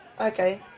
Okay